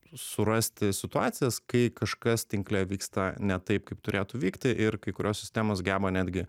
surasti situacijas kai kažkas tinkle vyksta ne taip kaip turėtų vykti ir kai kurios sistemos geba netgi